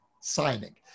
signing